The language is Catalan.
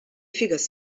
figues